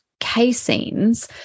caseins